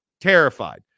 terrified